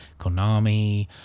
Konami